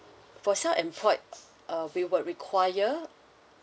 for self-employed uh we will require